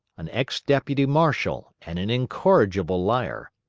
an ex-deputy marshal and an incorrigible liar,